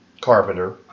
Carpenter